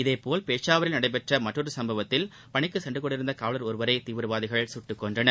இதேபோல்பெஷாவரில்நடைபெற்றமற்றொருசம்பவத் தில் பணிக்குசென்றுகொண்டிருந்தகாவலர்ஒருவரைதீவிரவா திகள்சுட்டுக்கொன்றனர்